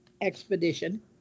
expedition